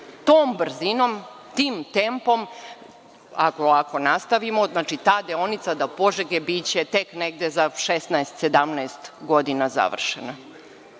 tom brzinom, tim tempom, ako ovako nastavimo, ta deonica do Požege biće tek negde za 16, 17 godina završena.